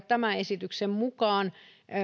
tämän esityksen mukaan